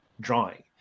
drawing